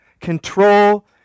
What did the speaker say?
control